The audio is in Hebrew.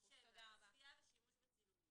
צפייה ושימוש בצילומים